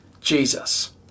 Jesus